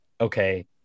okay